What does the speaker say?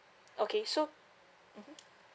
okay so mmhmm